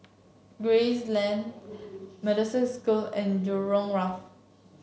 Gray Lane School and Jurong Wharf